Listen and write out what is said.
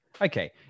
okay